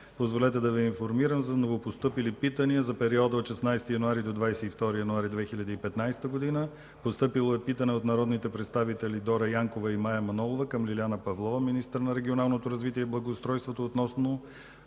позволете да Ви информирам за новопостъпили питания за периода от 16 до 22 януари 2015 г. Постъпило е питане от: - народните представители Дора Янкова и Мая Манолова към Лиляна Павлова – министър на регионалното развитие и благоустройството, относно